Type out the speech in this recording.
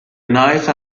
knife